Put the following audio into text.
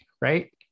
right